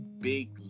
big